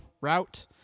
route